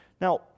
Now